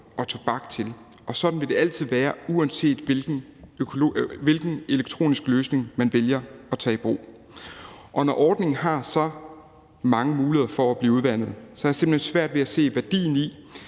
og tobak til, og sådan vil det altid være, uanset hvilken elektronisk løsning man vælger at tage i brug. Og når ordningen har så mange muligheder for at blive udvandet, har jeg simpelt hen svært ved at se værdien i,